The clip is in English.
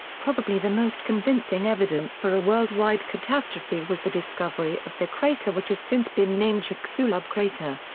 probably the most convincing evidence for a worldwide catastrophe was the discovery of the crater which has since been named chicxulub crater.